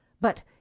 But